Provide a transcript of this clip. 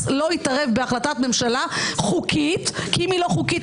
לא יתערב בהחלטת ממשלה חוקית כי אם היא לא חוקית,